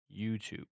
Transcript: YouTube